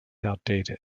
outdated